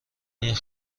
این